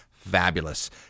Fabulous